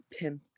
pimped